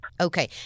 Okay